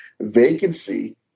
vacancy